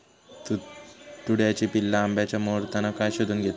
तुडतुड्याची पिल्ला आंब्याच्या मोहरातना काय शोशून घेतत?